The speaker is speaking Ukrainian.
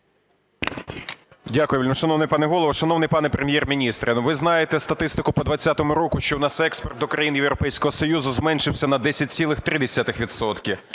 Дякую. Шановний пане голово, шановний пане Прем’єр-міністр! Ви знаєте статистику по 20-му року, що у нас експорт до країн Європейського Союзу зменшився на 10,3